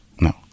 No